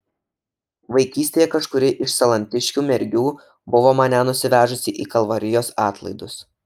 vaikystėje kažkuri iš salantiškių mergių buvo mane nusivežusi į kalvarijos atlaidus